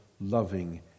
loving